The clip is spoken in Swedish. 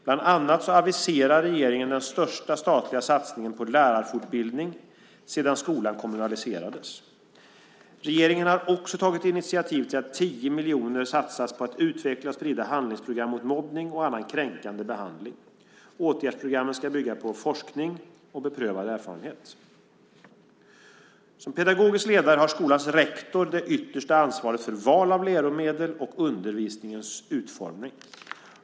Bland annat aviserar regeringen den största statliga satsningen på lärarfortbildning sedan skolan kommunaliserades. Regeringen har också tagit initiativ till att 10 miljoner kronor satsas på att utveckla och sprida handlingsprogram mot mobbning och annan kränkande behandling. Åtgärdsprogrammen ska bygga på forskning och beprövad erfarenhet. Som pedagogisk ledare har skolans rektor det yttersta ansvaret för val av läromedel och undervisningens utformning.